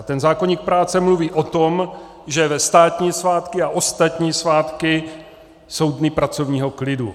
A zákoník práce mluví o tom, že ve státní svátky a ostatní svátky jsou dny pracovního klidu.